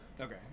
Okay